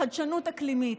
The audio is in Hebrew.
חדשנות אקלימית.